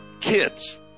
Kids